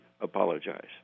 apologize